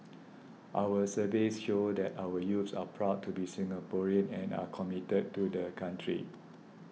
our surveys show that our youths are proud to be Singaporean and are committed to the country